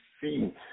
see